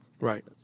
Right